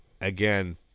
Again